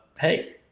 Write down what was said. hey